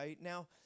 Now